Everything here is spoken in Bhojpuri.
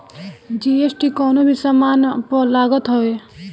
जी.एस.टी कवनो भी सामान पअ लागत हवे